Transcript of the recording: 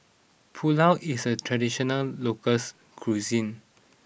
Pulao is a traditional local cuisine